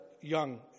young